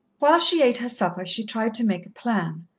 while she ate her supper she tried to make a plan,